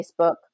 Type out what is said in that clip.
Facebook